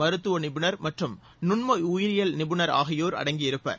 மருத்துவ நிபுணர் மற்றும் நுண்ம உயிரியல் நிபுணர் ஆகியோர் அடங்கியிருப்பர்